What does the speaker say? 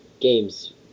games